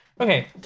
Okay